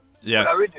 Yes